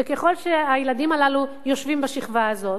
וככל שהילדים הללו יושבים בשכבה הזאת,